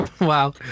Wow